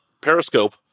Periscope